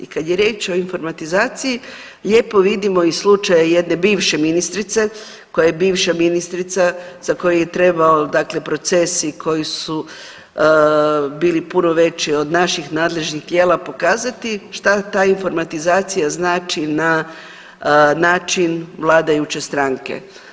I kad je riječ o informatizaciji lijepo vidimo i slučaj jedne bivše ministrice koja je bivša ministrica za koju je trebao dakle procesi koji su bili puno veći od naših nadležnih tijela pokazati šta ta informatizacija znači na način vladajuće stranke.